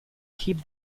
keep